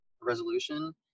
resolution